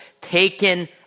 taken